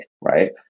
Right